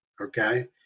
Okay